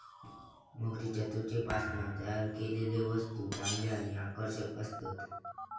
मगरीच्या त्वचेपासना तयार केलेले वस्तु चांगले आणि आकर्षक असतत